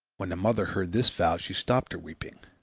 when the mother heard this vow she stopped her weeping.